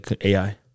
AI